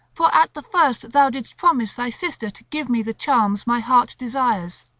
for at the first thou didst promise thy sister to give me the charms my heart desires.